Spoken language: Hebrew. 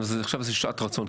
אז עכשיו זה שעת רצון,